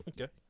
Okay